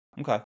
Okay